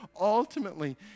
ultimately